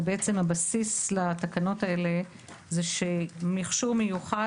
ובעצם הבסיס לתקנות האלה זה שמכשור מיוחד,